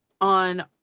on